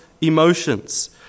emotions